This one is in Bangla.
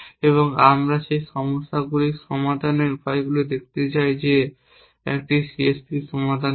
এবং আমরা সেই সমস্যাগুলি সমাধানের উপায়গুলি দেখতে চাই যে একটি CSP এর সমাধান কী